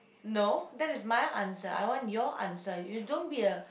no that is my answer I want your answer you don't be a